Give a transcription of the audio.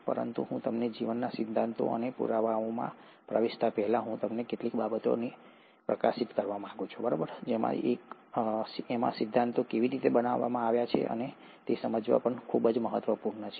પરંતુ હું જીવનના સિદ્ધાંતો અને પુરાવાઓમાં પ્રવેશતા પહેલા હું કેટલીક બાબતોને પ્રકાશિત કરવા માંગુ છું જે આ સિદ્ધાંતો કેવી રીતે બનાવવામાં આવી તે સમજવા માટે ખૂબ જ મહત્વપૂર્ણ છે